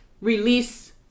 release